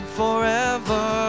forever